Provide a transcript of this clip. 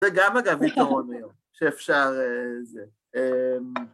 זה גם אגב יתרון היום, שאפשר...